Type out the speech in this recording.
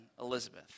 Elizabeth